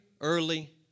Early